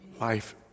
life